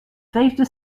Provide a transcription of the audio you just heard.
vijfde